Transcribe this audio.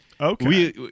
Okay